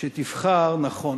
שתבחר נכון,